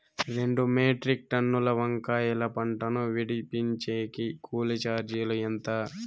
రెండు మెట్రిక్ టన్నుల వంకాయల పంట ను విడిపించేకి కూలీ చార్జీలు ఎంత?